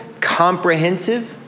comprehensive